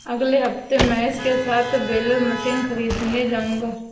अगले हफ्ते महेश के साथ बेलर मशीन खरीदने जाऊंगा